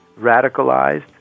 radicalized